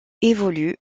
évolue